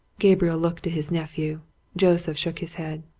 gabriel looked at his nephew joseph shook his head.